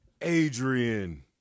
Adrian